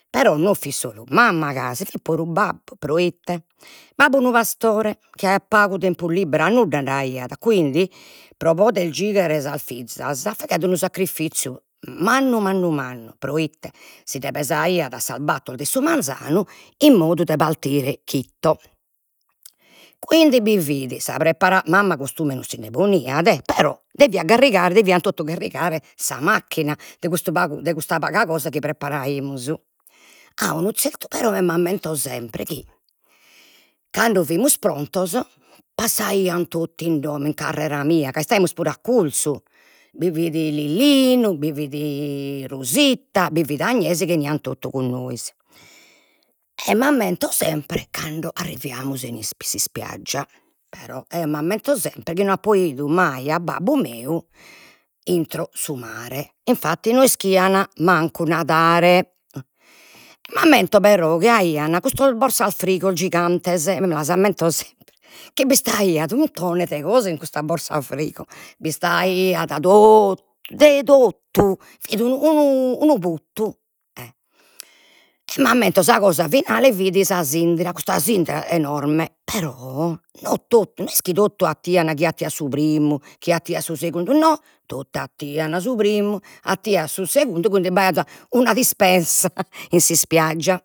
Però non fit solu mamma gasi, fit puru babbu, proite, babbu unu pastore, chi aiat pagu tempus liberu, annudda nd'aiat quindi pro poder gighere sas fizas faghiat unu sacrifiziu mannu mannu mannu proite, sinde pesaiat a sas battor de su manzanu in modu de partire chito, quindi bi fit sa mamma costume non si nde poniat però deviat garrigare, devian totu garrigare sa macchina, de custu pagu, de custa paga cosa chi preparaimus, a unu zertu, però eo m'ammento sempre chi cando fimus prontos passaian totu in domo in carrera mia, ca istaimus puru accurzu, bi fit Lillinu, bi fit Rosita, bi fit Agnese, chi 'enian totu cun nois, e m'ammento sempre cando arriviamus in s'ispiaggia però, eo m'ammento chi no apo idu mai a babbu meu intro su mare, infatti no ischian mancu nadare, m'ammento però chi aian custas borsas frigo gigantes, mi las ammento sempre chi b'istaiat unu muntone de cosa in custa borsa frigo, b'istaiat totu, de totu, fit unu unu puttu, e m'ammento sa cosa finale fit sa sindria, custa sindria enorme, però non totu, no est chi totu 'attian, chie 'attiat su primu, chie 'attiat su segundu, no, totu 'attian su primu, 'attian su segundu, quindi b'aiat una dispensa in s'ispiaggia